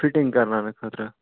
fitting کرناونہٕ خٲطرٕ